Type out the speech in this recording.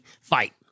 fight